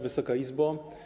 Wysoka Izbo!